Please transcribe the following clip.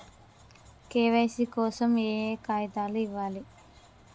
KYC కోసం ఏయే కాగితాలు ఇవ్వాలి?